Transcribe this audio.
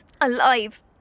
alive